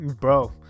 Bro